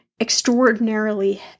extraordinarily